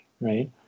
right